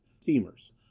steamers